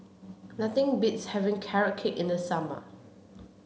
nothing beats having carrot cake in the summer